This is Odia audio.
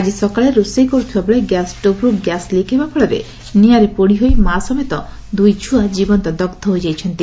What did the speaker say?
ଆକି ସକାଳେ ରୋଷେଇ କରୁଥିବା ବେଳେ ଗ୍ୟାସ୍ ଷ୍ଟୋଭ୍ରୁ ଗ୍ୟାସ୍ ଲିକ ହେବା ଫଳରେ ନିଆଁରେ ପୋଡ଼ି ମା ସମେତ ଦୁଇ ଛୁଆ ଜୀବନ୍ତ ଦଗ୍ଗ ହୋଇଯାଇଛନ୍ତି